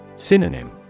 Synonym